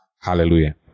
hallelujah